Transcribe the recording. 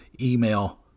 email